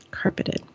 carpeted